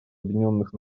объединенных